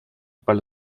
palo